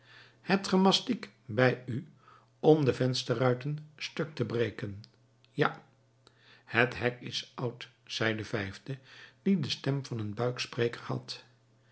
hebt ge mastik bij u om de vensterruiten stuk te breken ja het hek is oud zei een vijfde die de stem van een buikspreker had